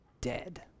dead